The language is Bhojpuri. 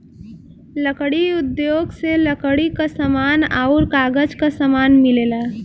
लकड़ी उद्योग से लकड़ी क समान आउर कागज क समान मिलेला